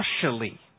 partially